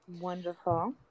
Wonderful